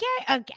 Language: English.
okay